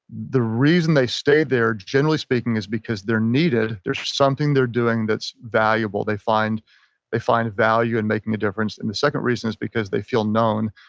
the reason they stay there generally speaking is because they're needed. there's something they're doing that's valuable. they find they find value in making a difference. and the second reason is because they feel known.